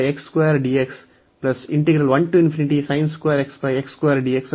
ಈ ಅನ್ನು ಮತ್ತೆ ಮುರಿಯೋಣ